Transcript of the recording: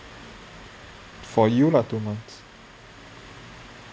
for you lah two months